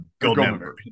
Goldmember